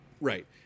Right